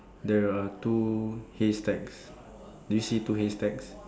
there are two haystacks do you see two haystacks